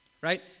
Right